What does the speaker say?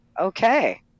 okay